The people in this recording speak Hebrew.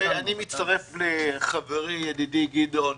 אני מצטרף לחברי, ידידי, גדעון.